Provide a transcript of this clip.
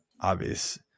obvious